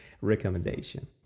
recommendation